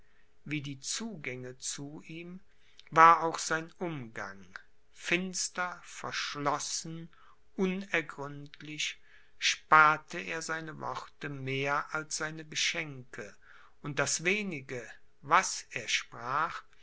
wie die zugänge zu ihm war auch sein umgang finster verschlossen unergründlich sparte er seine worte mehr als seine geschenke und das wenige was er sprach